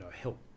help